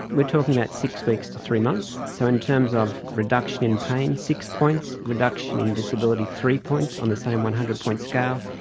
we're talking about six weeks to three months. so in terms of reduction in pain, six points, reduction in disability, three points on the same one hundred point scale.